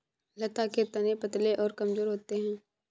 लता के तने पतले और कमजोर होते हैं